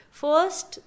first